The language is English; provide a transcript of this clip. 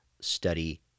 Study